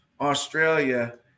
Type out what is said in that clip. Australia